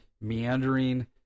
meandering